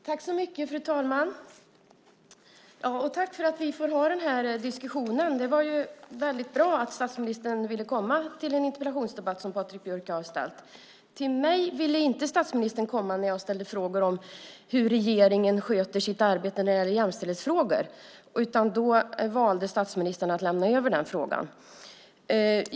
Fru talman! Tack för att vi får ha den här diskussionen. Det var väldigt bra att statsministern ville komma till en interpellationsdebatt med Patrik Björck. Till en debatt med mig ville han inte komma när jag ställde frågor om hur regeringen sköter sitt arbete med jämställdhetsfrågor. Då valde statsministern att lämna över frågan.